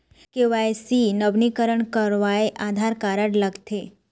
KYC नवीनीकरण करवाये Aadhaar card लगथे?